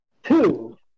Two